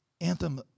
anthem